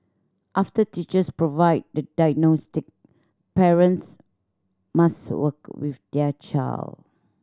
after teachers provide the diagnostic parents must work with their child